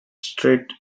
straight